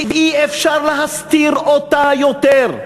ואי-אפשר להסתיר אותה יותר.